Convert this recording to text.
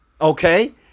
okay